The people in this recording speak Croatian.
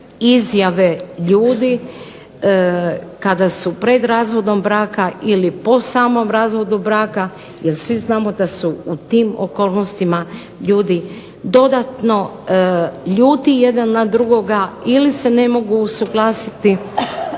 izjave ljudi kada su pred razvodom braka ili po samom razvodu braka jer svi znamo da su u tim okolnostima ljudi dodatno ljuti jedan na drugoga ili se ne mogu usuglasiti